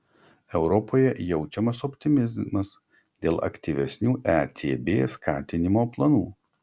europoje jaučiamas optimizmas dėl aktyvesnių ecb skatinimo planų